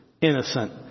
innocent